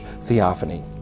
theophany